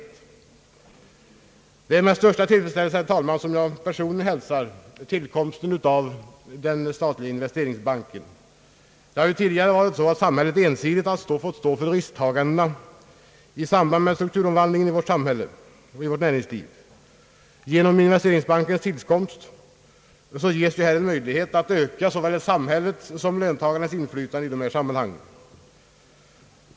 Det är, herr talman, med största tillfredsställelse som jag hälsar tillkomsten av den statliga investeringsbanken. Samhället har ju tidigare ensidigt fått stå för risktagandet i samband med strukturomvandlingen inom vårt samhälle och näringsliv. Genom investeringsbankens tillkomst ges en möjlighet att öka såväl samhällets som löntagarnas inflytande i dessa sammanhang.